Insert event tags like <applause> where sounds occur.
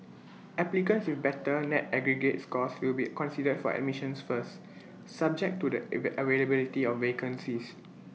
<noise> applicants with better net aggregate scores will be considered for admissions first subject to the <unintelligible> availability of vacancies